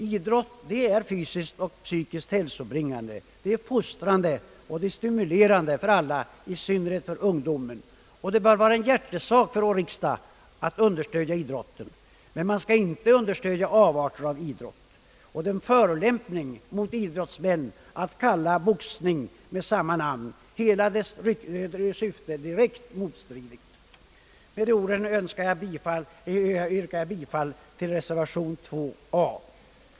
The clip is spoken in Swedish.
Idrott är fysiskt och psykiskt hälsobringande, fostrande och stimulerande för alla, i synnerhet för ungdom, och det bör vara en hjärtesak för vår riksdag att understödja idrotten. Men man skall inte understödja avarter av idrott. Det är en förolämpning mot all sund idrott att kalla boxningen med samma namn. Hela dess syfte är direkt motstridigt. Med dessa ord yrkar jag, herr talman, bifall till reservation a.